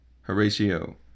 Horatio